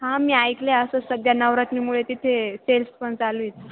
हां मी ऐकले असं सध्या नवरात्रीमुळे तिथे सेल्स पण चालू आहेत